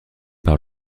par